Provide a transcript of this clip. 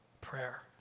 prayer